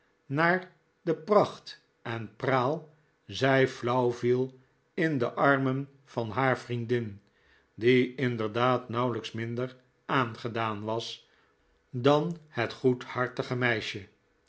naar pracht en praal zij flauw viel in de armen van haar vriendin die inderdaad nauwelijks minder aangedaan was dan het goedhartige meisje